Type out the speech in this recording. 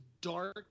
dark